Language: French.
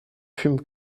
fume